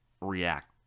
react